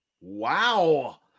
Wow